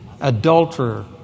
adulterer